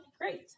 great